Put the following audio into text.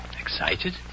Excited